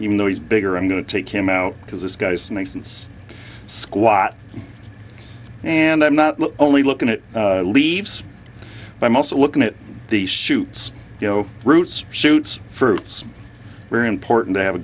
even though he's bigger i'm going to take him out because this guy's snake since squat and i'm not only looking at leaves i'm also looking at these shoots you know roots shoots fruits very important to have a